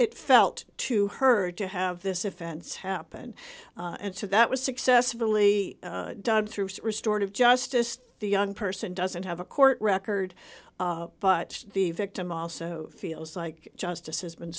it felt to her to have this offense happen and so that was successfully done through restored of justice the young person doesn't have a court record but the victim also feels like justice has been